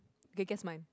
okay guess mine